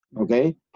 okay